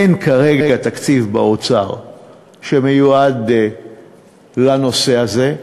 אין כרגע תקציב באוצר שמיועד לנושא הזה,